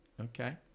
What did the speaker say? Okay